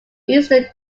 eastern